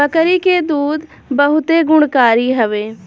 बकरी के दूध बहुते गुणकारी हवे